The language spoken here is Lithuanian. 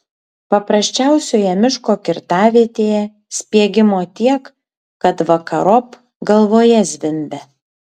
paprasčiausioje miško kirtavietėje spiegimo tiek kad vakarop galvoje zvimbia